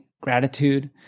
gratitude